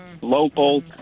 local